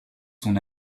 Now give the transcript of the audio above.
son